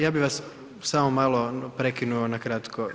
Ja bih vas, samo malo, prekinuo na kratko.